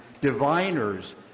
diviners